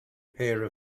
pair